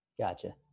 Gotcha